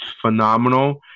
phenomenal